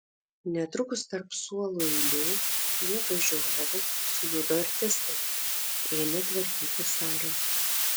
netrukus tarp suolų eilių vietoj žiūrovų sujudo artistai ėmė tvarkyti salę